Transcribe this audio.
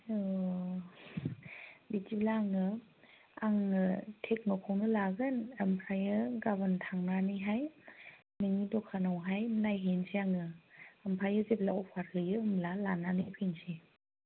औ बिदिब्ला आङो आङो टेकन'खौनो लागोन ओमफ्रायो गाबोन थांनानैहाय नोंनि दखानावहाय नायहैनोसै आङो ओमफ्रायो जेब्ला अफार होयो अब्ला लानानै फैसै